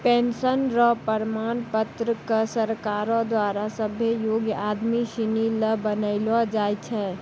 pension र प्रमाण पत्र क सरकारो द्वारा सभ्भे योग्य आदमी सिनी ल बनैलो जाय छै